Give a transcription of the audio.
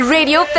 Radio